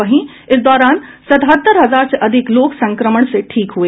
वहीं इस दौरान सतहत्तर हजार से अधिक लोग संक्रमण से ठीक हुए